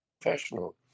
professional